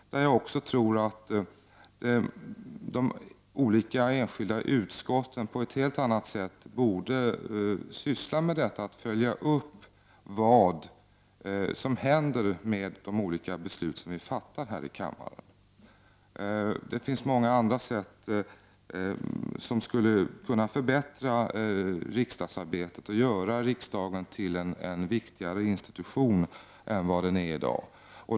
Jag tror att de enskilda utskotten på ett helt annat sätt borde syssla med att följa upp vad som händer med de beslut som vi fattar här i kammaren. Det finns också många andra saker som skulle kunna förbättra riksdagsarbetet och göra riksdagen till en viktigare institution än vad den är i dag.